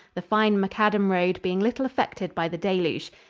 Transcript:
the fine macadam road being little affected by the deluge.